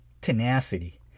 tenacity